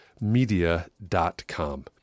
media.com